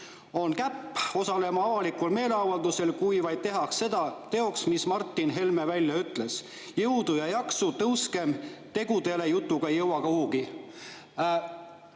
on käpp osalema avalikul meeleavaldusel, kui vaid tehakse see teoks, mis Martin Helme välja ütles. Jõudu ja jaksu! Tõuskem tegudele, jutuga ei jõua kuhugi!"